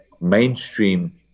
mainstream